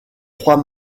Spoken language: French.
trois